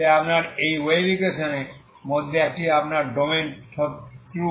তাই আপনার এই ওয়েভ ইকোয়েশন এ মধ্যে এটি আপনার ডোমেন সত্য